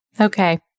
Okay